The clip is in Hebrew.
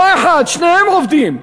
לא אחד, שניהם עובדים.